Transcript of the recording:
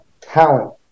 talent